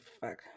fuck